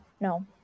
No